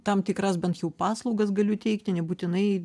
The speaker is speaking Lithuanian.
tam tikras bent jau paslaugas galiu teikti nebūtinai